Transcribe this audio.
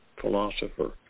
philosopher